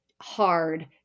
hard